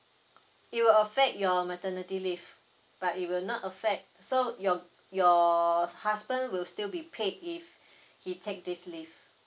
it will affect your maternity leave but it will not affect so your your husband will still be paid if he take this leave